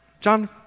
John